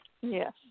Yes